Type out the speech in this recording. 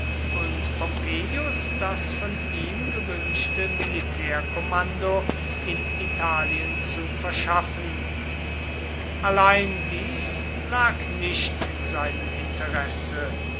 und pompeius das von ihm gewünschte militärkommando in italien zu verschaffen allein dies lag nicht in seinem interesse